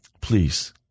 please